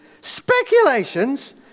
speculations